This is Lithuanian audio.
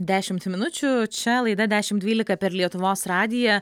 dešimt minučių čia laida dešimt dvylika per lietuvos radiją